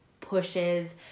pushes